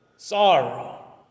Sorrow